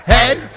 Head